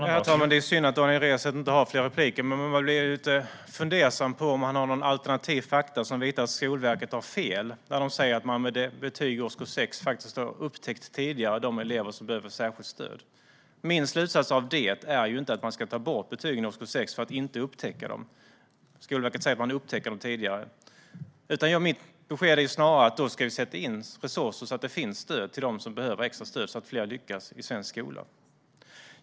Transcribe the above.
Herr talman! Det är synd att Daniel Riazat inte har fler repliker. Man blir lite fundersam: Har han några alternativa fakta som visar att Skolverket har fel när de säger att betyg i årskurs 6 faktiskt har gjort att de elever som behöver särskilt stöd upptäcks tidigare? Min slutsats av det är inte att betygen i årskurs 6 ska tas bort så att dessa elever inte upptäcks, utan mitt besked är att vi ska sätta in resurser så att det finns extra stöd till dem som behöver det och fler lyckas i svensk skola.